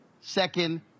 second